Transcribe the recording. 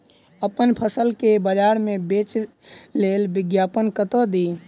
अप्पन फसल केँ बजार मे बेच लेल विज्ञापन कतह दी?